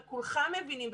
וכולכם מבינים,